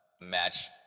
match